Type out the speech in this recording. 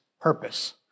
purpose